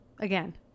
again